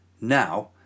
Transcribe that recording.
Now